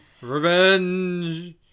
Revenge